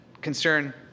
concern